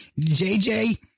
JJ